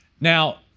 Now